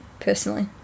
personally